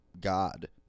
God